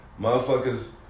motherfuckers